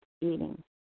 eating